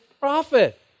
profit